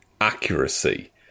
accuracy